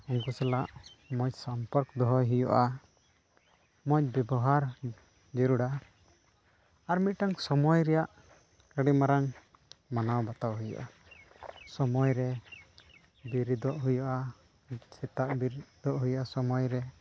ᱩᱱᱠᱩ ᱥᱟᱞᱟᱜ ᱢᱚᱡᱽ ᱥᱚᱢᱯᱚᱨᱠᱚ ᱫᱚᱦᱚᱭ ᱦᱩᱭᱩᱜᱼᱟ ᱢᱚᱡᱽ ᱵᱮᱵᱚᱦᱟᱨ ᱡᱟᱹᱨᱩᱲᱟ ᱟᱨ ᱢᱤᱫᱴᱟᱱ ᱥᱚᱢᱚᱭ ᱨᱮᱭᱟᱜ ᱟᱹᱰᱤ ᱢᱟᱨᱟᱝ ᱢᱟᱱᱟᱣ ᱵᱟᱛᱟᱣ ᱦᱩᱭᱩᱜᱼᱟ ᱥᱚᱢᱚᱭ ᱨᱮ ᱵᱮᱨᱮᱫᱚᱜ ᱦᱩᱭᱩᱜᱼᱟ ᱥᱮᱛᱟᱜ ᱵᱮᱨᱮᱫᱚᱜ ᱦᱩᱭᱩᱜᱼᱟ ᱥᱚᱢᱚᱭ ᱨᱮ